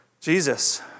Jesus